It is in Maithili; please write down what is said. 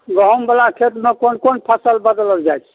गहुँम बला खेतमे कोन कोन फसल बदलल जाइत छै